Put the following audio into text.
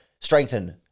strengthen